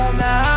now